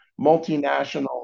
multinational